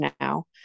now